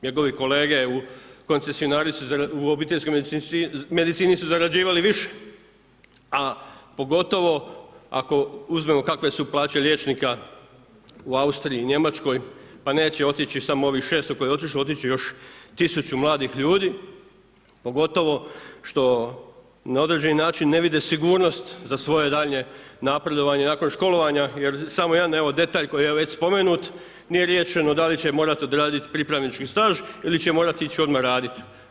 Njegovi kolege, koncesionari su u obiteljskoj medicini su zarađivali više, a pogotovo ako uzmemo kakve su plaće liječnika u Austriji, Njemačkoj, pa neće otići samo ovih 600 koje je otišlo, otići će još 1000 mladih ljudi, pogotovo što na određeni način ne vide sigurnost za svoje daljnje napredovanje nakon školovanje, jer samo evo, detalj koji je već spomenut, nije riješeno, da li će morati odraditi pripravnički staž ili će morati ići odmah raditi.